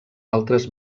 altres